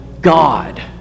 God